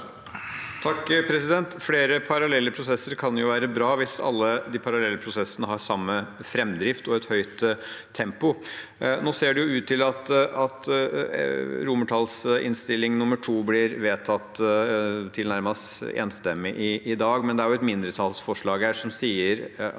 (H) Flere parallelle pro- sesser kan jo være bra hvis alle de parallelle prosessene har samme framdrift og et høyt tempo. Nå ser det ut til at II i innstillingen blir vedtatt tilnærmet enstemmig i dag, men det er et mindretallsforslag her om at